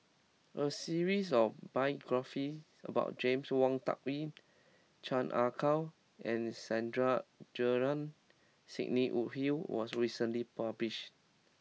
a series of biographies about James Wong Tuck Yim Chan Ah Kow and Sandrasegaran Sidney Woodhull was recently published